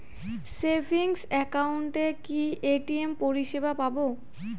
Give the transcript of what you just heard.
Savings একাউন্টে কি ATM পরিসেবা পাব?